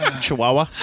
Chihuahua